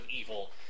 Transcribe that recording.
evil